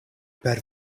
per